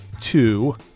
two